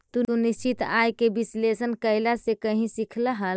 तू निश्चित आय के विश्लेषण कइला कहीं से सीखलऽ हल?